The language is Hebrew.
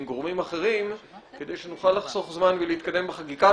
גורמים אחרים כדי שנוכל לחסוך זמן ולהתקדם בחקיקה.